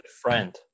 friend